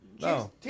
No